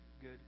good